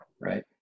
right